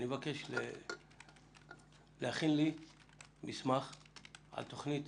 אני מבקש להכין לי מסמך על תוכנית